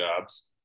jobs